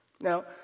now